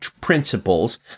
principles